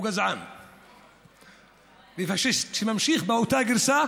הוא גזען ופאשיסט, שממשיך באותה גרסה